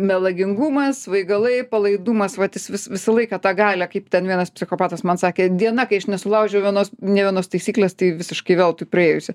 melagingumas svaigalai palaidumas vat jis vis visą laiką tą galią kaip ten vienas psichopatas man sakė diena kai aš nesulaužiau vienos nė vienos taisyklės tai visiškai veltui praėjusi